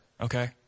okay